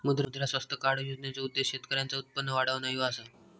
मुद्रा स्वास्थ्य कार्ड योजनेचो उद्देश्य शेतकऱ्यांचा उत्पन्न वाढवणा ह्यो असा